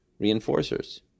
Reinforcers